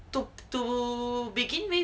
to to begin with